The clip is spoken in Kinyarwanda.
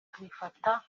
tubifata